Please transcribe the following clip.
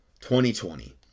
2020